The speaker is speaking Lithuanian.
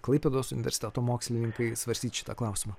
klaipėdos universiteto mokslininkai svarstyt šitą klausimą